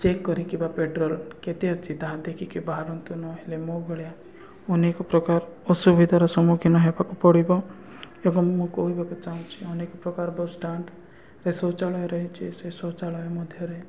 check କରିକି ବା petrol କେତେ ଅଛି ତାହା ଦେଖିକି ବାହହାରନ୍ତୁ ନହେଲେ ମୋ ଭଳିଆ ଅନେକ ପ୍ରକାର ଅସୁବିଧାର ସମ୍ମୁଖୀନ ହେବାକୁ ପଡ଼ିବ ଏବଂ ମୁଁ କହିବାକୁ ଚାହୁଁଛିି ଅନେକ ପ୍ରକାର ବସ୍ ଷ୍ଟାଣ୍ଡରେ ଶୌଚାଳୟ ରହିଛି ସେ ଶୌଚାଳୟ ମଧ୍ୟରେ